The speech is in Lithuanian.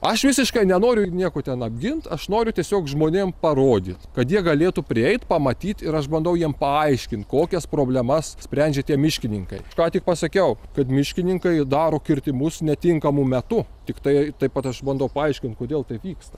aš visiškai nenoriu nieko ten apgint aš noriu tiesiog žmonėm parodyt kad jie galėtų prieit pamatyt ir aš bandau jiem paaiškint kokias problemas sprendžia tie miškininkai ką tik pasakiau kad miškininkai daro kirtimus netinkamu metu tiktai taip pat aš bandau paaiškint kodėl taip vyksta